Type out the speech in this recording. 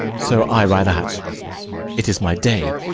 so i by that it is my day,